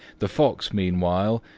the fox, meanwhile,